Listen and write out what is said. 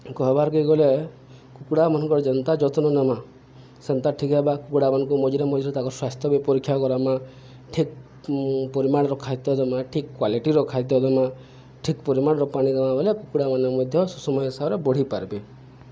କହିବାର୍କେ ଗଲେ କୁକୁଡ଼ାମାନଙ୍କର ଯେନ୍ତା ଯତ୍ନ ନମା ସେନ୍ତା ଠିକ୍ ହେବା କୁକୁଡ଼ାମାନଙ୍କୁ ମଝିର ମଝିରେ ତାଙ୍କର ସ୍ୱାସ୍ଥ୍ୟ ବି ପରୀକ୍ଷା କରମା ଠିକ୍ ପରିମାଣର ଖାଦ୍ୟ ଦମା ଠିକ୍ କ୍ୱାଲିଟିର ଖାଦ୍ୟ ଦମା ଠିକ ପରିମାଣର ପାଣି ଦମା ବଲେ କୁକୁଡ଼ା ମାନେ ମଧ୍ୟ ସମୟ ହିସାବରେ ବଢ଼ି ପାରବେ